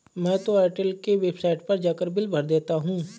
मैं तो एयरटेल के वेबसाइट पर जाकर बिल भर देता हूं